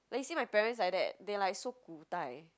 like you see my parents like that they like so 古代